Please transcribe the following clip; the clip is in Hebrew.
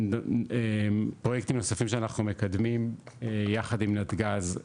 ופרויקטים נוספים שאנחנו מקדמים יחד עם נתג"ז,